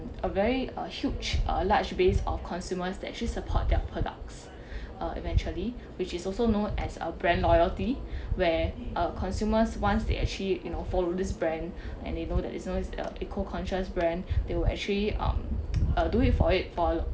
a very huge a large base of consumers that actually support their products uh eventually which is also known as a brand loyalty where uh consumers once they actually you know follow this brand and they know that it's always a eco conscious brand they will actually um do it for it for